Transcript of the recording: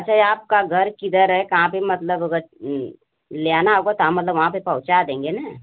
अच्छा आपका घर किधर है कहाँ पर मतलब अगर ले आना होगा तो हम मतलब वहाँ पर पहुँचा देंगे ना